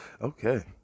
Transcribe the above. Okay